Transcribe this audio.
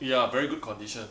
ya very good condition